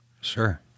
Sure